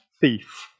thief